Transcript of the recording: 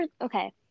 okay